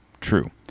True